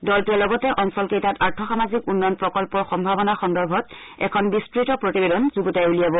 দলটোৱে লগতে অঞ্চলকেইটাত আৰ্থ সামাজিক উন্নয়ন প্ৰকল্পৰ সম্ভাৱনা সন্দৰ্ভত এখন বিস্তত প্ৰতিবেদন যুগুতাই উলিয়াব